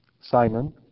Simon